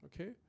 okay